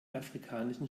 afrikanischen